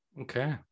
Okay